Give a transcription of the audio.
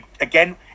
again